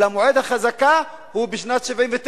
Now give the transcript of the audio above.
אלא מועד החזקה הוא בשנת 1979,